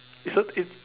is a it